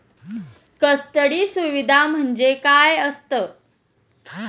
Custody सुविधा म्हणजे काय असतं?